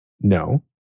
No